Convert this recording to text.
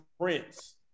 Prince